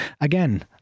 again